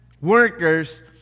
workers